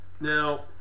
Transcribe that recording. Now